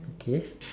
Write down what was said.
okay